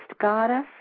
goddess